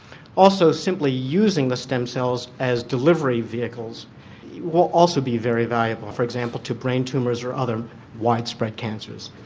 also, simply using the stem cells as delivery vehicles will also be very valuable, for example to brain tumours or other widespread cancers.